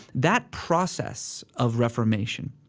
that process of reformation,